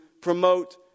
promote